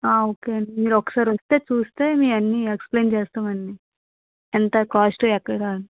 okay అండి మీరు ఒకసారి వస్తే చూస్తే మేమన్నీ ఎక్స్ప్లెయిన్ చేస్తామండి ఎంత కాస్ట్ ఎక్కడ అని